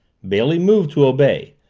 bailey moved to obey.